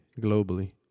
globally